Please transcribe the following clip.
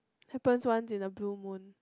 happens once in a blue moon